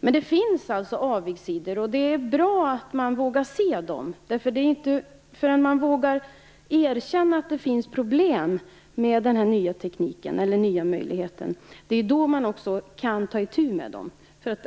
Men det finns avigsidor, och det är bra att man vågar se dem. Det är inte förrän man vågar erkänna att det finns problem med den nya möjligheten som man kan ta itu med dem.